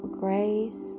grace